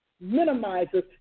minimizes